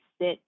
sit